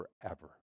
forever